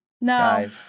No